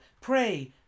Pray